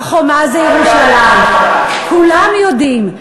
הר-חומה זה ירושלים, כולם יודעים.